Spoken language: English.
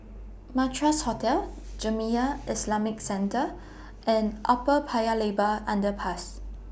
Madras Hotel Jamiyah Islamic Centre and Upper Paya Lebar Underpass